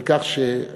על כך שחוק,